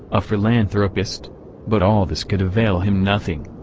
a philanthropist but all this could avail him nothing!